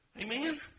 Amen